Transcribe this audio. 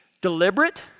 deliberate